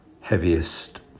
heaviest